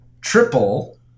triple